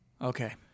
Okay